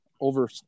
over